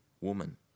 woman